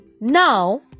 now